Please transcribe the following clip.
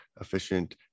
efficient